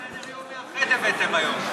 סדר-יום מאחד הבאתם היום.